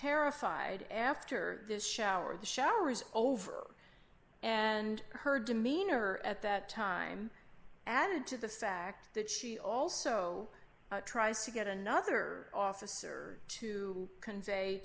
terrified after this shower the shower is over and her demeanor at that time added to the fact that she also tries to get another officer to convey